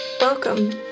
welcome